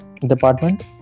department